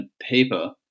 paper